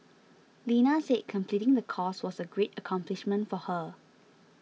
Lena said completing the course was a great accomplishment for her